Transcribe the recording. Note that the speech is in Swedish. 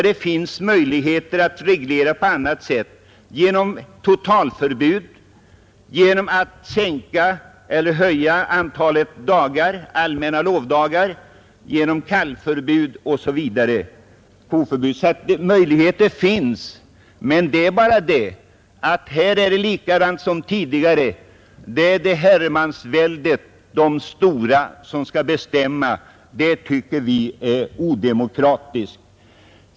Det finns möjligheter att reglera på annat sätt: genom ökning eller minskning av antalet allmänna jaktlovdagar, koförbud, totalförbud osv. Möjligheter finns, men här är det likadant som tidigare — det råder Herremansvälde, de stora skall bestämma. Det tycker vi är odemokratiskt.